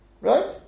Right